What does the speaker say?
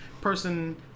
person